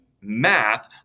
math